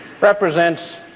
represents